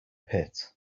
pit